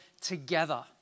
together